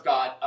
God